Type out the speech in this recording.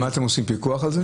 אתם עושים פיקוח על זה?